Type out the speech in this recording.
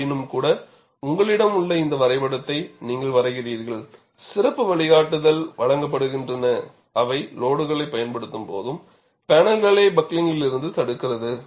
ஆயினும்கூட உங்களிடம் உள்ள இந்த வரைபடத்தை நீங்கள் வரைகிறீர்கள் சிறப்பு வழிகாட்டுதல் வழங்கப்படுகின்றன அவை லோடுகளைப் பயன்படுத்தும்போது பேனலைத் பக்ளிங்கிலிருந்து தடுக்கிறது